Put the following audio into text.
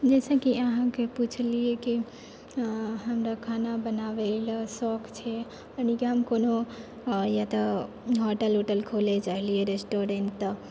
जैसेकि अहाँके पुछलिए कि हमरा खाना बनाबैलए सौख छै यानी कि हम कोनो या तऽ होटल उटल खोलऽ चाहलिए रेस्टोरेन्ट तऽ